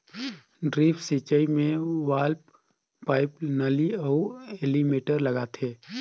drip सिंचई मे valve, pipe, नली अउ एलीमिटर लगाथें